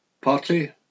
Partly